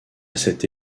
cette